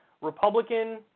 Republican